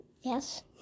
Yes